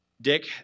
Dick